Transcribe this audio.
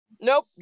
Nope